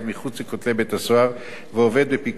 ועובד בפיקוח הממונה על עבודת השירות.